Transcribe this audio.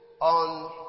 on